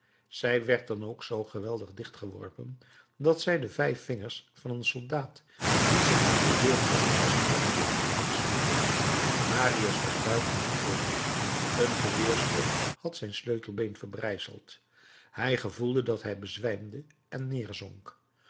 zij werd dan ook zoo geweldig dicht geworpen dat zij de vijf vingers van een soldaat die zich aan den deurpost vastklampte afsloeg marius was buiten gebleven een geweerschot had zijn sleutelbeen verbrijzeld hij gevoelde dat hij bezwijmde en neerzonk